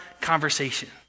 conversation